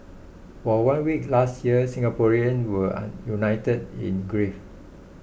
for one week last year Singaporeans were united in grief